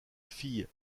fille